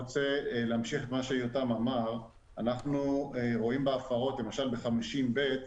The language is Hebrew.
אנחנו מבקשים שבסעיף 50(ב)